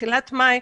בתחילת מאי,